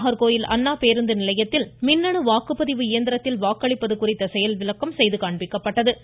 நாகர்கோவில் அண்ணா பேருந்து நிலையத்தில் மின்னணு வாக்குப்பதிவு இயந்திரத்தில் வாக்களிப்பது குறித்து செயல்விளக்கம் அளிக்கப்பட்டது